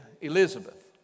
Elizabeth